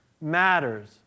matters